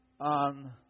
on